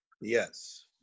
Yes